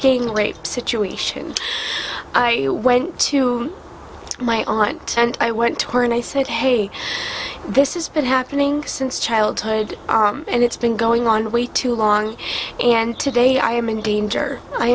gang rape situation and i went to my aunt and i went to her and i said hey this is been happening since childhood and it's been going on way too long and today i am in danger i